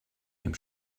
dem